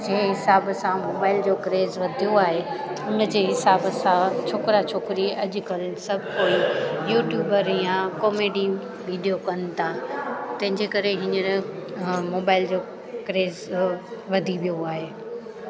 जंहिं हिसाब सां मोबाइल जो क्रेज़ वधियो आहे उनजे हिसाब सां छोकिरा छोकिरी अॼुकल्ह सभु कोई युट्युबर यां कोमेडी वीडियो कनि था तंहिंजे करे हींअर मोबाइल जो क्रेज़ वधी वियो आहे